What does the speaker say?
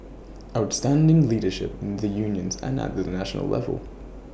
outstanding leadership needed in the unions and at the national level